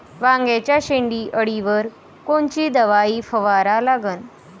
वांग्याच्या शेंडी अळीवर कोनची दवाई फवारा लागन?